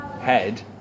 Head